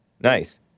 Nice